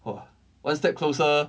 !wah! one step closer